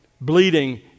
Bleeding